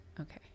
Okay